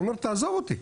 הוא אומר לי תעזוב אותי.